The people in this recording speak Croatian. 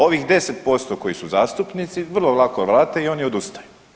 Ovih 10% koji su zastupnici, vrlo lako vrate i oni odustaju.